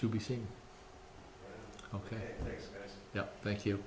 to be seen ok thank you